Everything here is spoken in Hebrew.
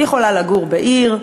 את יכולה לגור בעיר,